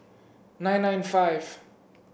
nine nine five